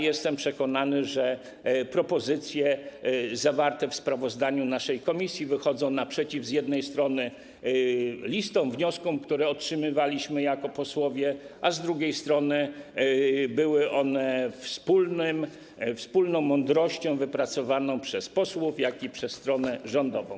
Jestem przekonany, że propozycje zawarte w sprawozdaniu naszej komisji wychodzą naprzeciw z jednej strony listom, wnioskom, które otrzymywaliśmy jako posłowie, a z drugiej strony były one wspólną mądrością wypracowaną przez posłów, jak i przez stronę rządową.